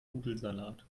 nudelsalat